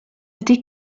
ydy